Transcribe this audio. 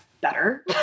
better